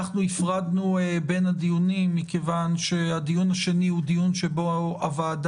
אנחנו הפרדנו בין הדיונים מכיוון שבדיון השני הוועדה